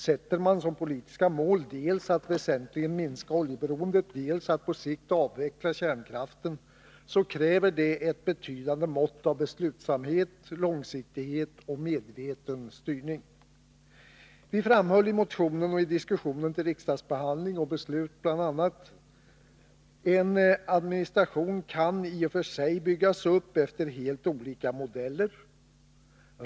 Sätter man som politiska mål dels att väsentligt minska oljeberoendet, dels att på sikt avveckla kärnkraften, kräver detta ett betydande mått av beslutsamhet, långsiktighet och medveten styrning. Vi framhöll i motionen och i diskussionen vid riksdagsbehandling och beslut bl.a.: En administration kan i och för sig byggas upp efter sinsemellan helt olika modeller.